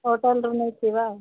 ହଉ ତା'ହେଲେ ଯିବା ଆଉ